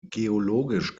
geologisch